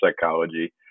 psychology